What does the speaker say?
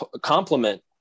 complement